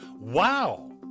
Wow